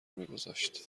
میگذاشت